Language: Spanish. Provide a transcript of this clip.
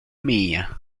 mia